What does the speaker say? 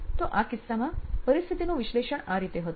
તો આ કિસ્સામાં પરિસ્થિતિનું વિશ્લેષણ આ રીતે હતું